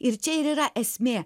ir čia ir yra esmė